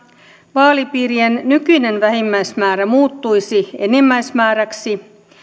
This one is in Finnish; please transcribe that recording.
vaalipiirien nykyinen vähimmäismäärä muuttuisi enimmäismääräksi